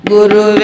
Guru